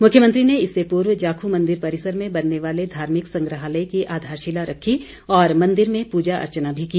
मुख्यमंत्री ने इससे पूर्व जाखू मंदिर परिसर में बनने वाले धार्मिक संग्रहालय की आधारशिला रखी और मंदिर में पूजा अर्चना भी की